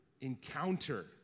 encounter